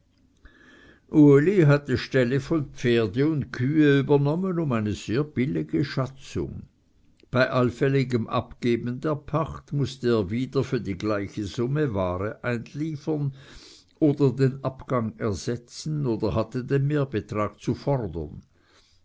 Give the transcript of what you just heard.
uli hatte ställe voll pferde und kühe übernommen um eine sehr billige schatzung bei allfälligem abgeben der pacht mußte er wieder für die gleiche summe ware einliefern oder den abgang ersetzen oder hatte den mehrbetrag zu fordern